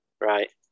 Right